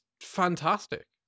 fantastic